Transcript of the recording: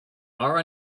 are